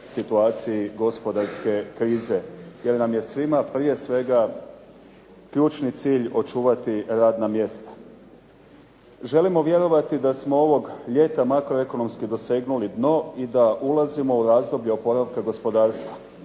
situaciji gospodarske krize. Jer nam je svima prije svega ključni cilj očuvati radna mjesta. Želimo vjerovati da smo ovog ljeta makroekonomski dosegnuli dno i da ulazimo u razdoblje oporavka gospodarstva.